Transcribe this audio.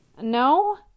No